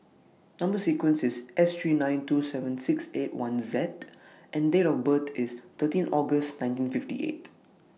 Number sequence IS S three nine two seven six eight one Z and Date of birth IS thirteen August nineteen fifty eight